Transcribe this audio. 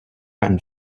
and